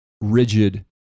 rigid